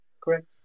correct